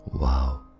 wow